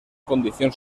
condición